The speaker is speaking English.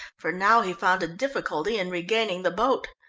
for now he found a difficulty in regaining the boat.